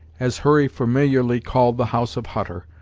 as hurry familiarly called the house of hutter,